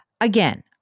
Again